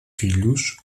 filhos